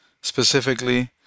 specifically